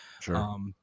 Sure